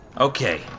Okay